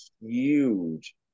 huge